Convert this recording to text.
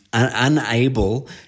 unable